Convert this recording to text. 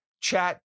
chat